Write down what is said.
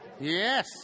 Yes